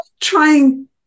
trying